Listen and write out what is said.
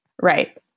Right